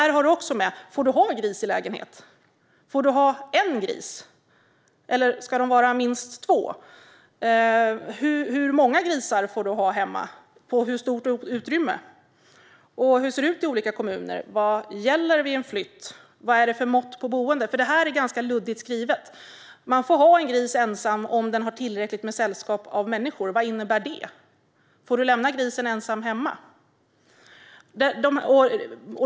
Får du ha gris i en lägenhet? Får du ha en gris, eller ska de vara minst två? Hur många grisar får du ha hemma? På hur stort utrymme? Hur ser det ut i olika kommuner? Vad gäller vid en flytt? Vad är det för mått på boenden? Det här är ganska luddigt skrivet. Man får ha en ensam gris om den har tillräckligt med sällskap av människor. Vad innebär det? Får du lämna grisen ensam hemma?